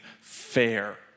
fair